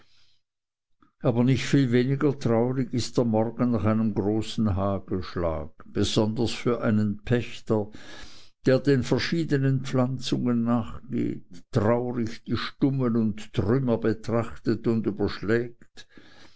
aber nicht viel weniger traurig ist der morgen nach einem großen hagelschlag besonders für einen pächter der den verschiedenen pflanzungen nachgeht traurig die stummel und trümmer betrachtet und überschlägt